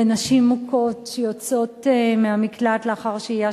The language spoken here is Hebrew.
התשע"א 2011. תציג את הנושא חברת הכנסת זהבה גלאון.